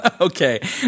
Okay